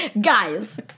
Guys